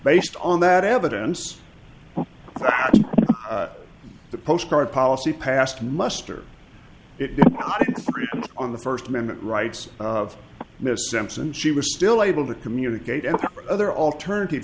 based on that evidence the postcard policy passed muster on the first amendment rights of miss simpson she was still able to communicate and other alternative